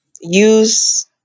use